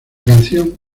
canción